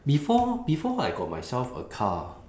before before I got myself a car